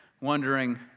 wondering